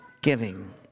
giving